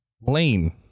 Lane